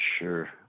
sure